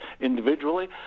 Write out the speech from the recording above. individually